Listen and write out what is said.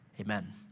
Amen